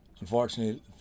Unfortunately